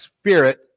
spirit